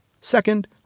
Second